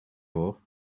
hoor